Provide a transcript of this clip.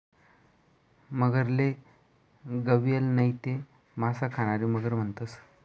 मगरले गविअल नैते मासा खानारी मगर म्हणतंस